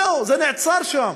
זהו, זה נעצר שם.